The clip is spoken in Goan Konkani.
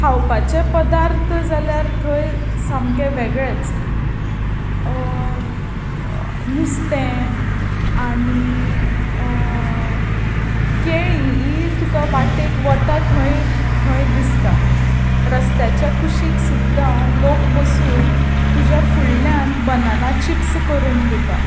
खावपाचे पदार्थ जाल्यार थंय सामकें वेगळेच नुस्तें आनी केळीं ही तुका वाटेक वता थंय थंय दिसता रस्त्याच्या कुशीक सुद्दां लोक बसून तुज्या फुडल्यान बनाना चिप्स करून दिता